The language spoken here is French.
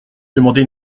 demandait